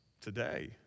today